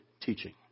teaching